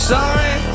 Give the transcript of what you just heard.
Sorry